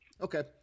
Okay